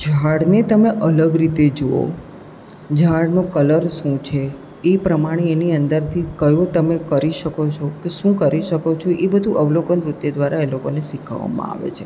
ઝાડને તમે અલગ રીતે જુઓ ઝાડનો કલર શું છે એ પ્રમાણે એની અંદરથી કયો તમે કરી શકો છો કે શું કરી શકો છો એ બધું અવલોકનવૃત્તિ દ્વારા એ લોકોને શીખવવામાં આવે છે